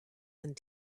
and